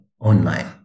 Online